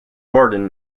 borden